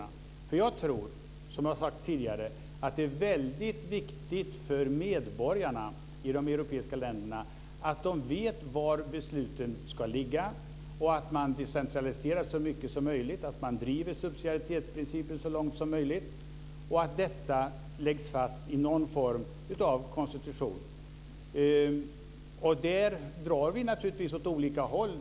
Jag tror nämligen, som jag har sagt tidigare, att det är väldigt viktigt för medborgarna i de europeiska länderna att de vet var besluten ska ligga och att man decentraliserar så mycket som möjligt - att man driver subsidiaritetsprincipen så långt som möjligt - och att detta läggs fast i någon form av konstitution. Där drar vi åt olika håll.